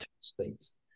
states